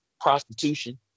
prostitution